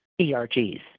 ERGs